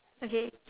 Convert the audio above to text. okay